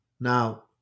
Now